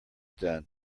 done